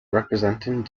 representing